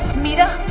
meera!